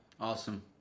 Awesome